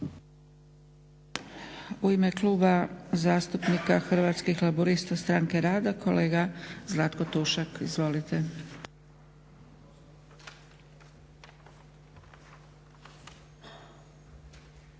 U ime Kluba zastupnika Hrvatskih laburista-Stranke rada, kolega Zlatko Tušak, izvolite. **Tušak, Zlatko (Hrvatski laburisti - Stranka rada)**